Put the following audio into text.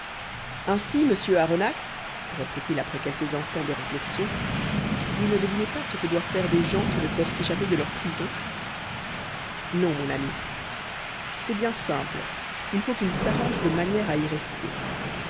ainsi monsieur aronnax reprit-il après quelques instants de réflexion vous ne devinez pas ce que doivent faire des gens qui ne peuvent s'échapper de leur prison non mon ami c'est bien simple il faut qu'ils s'arrangent de manière à y rester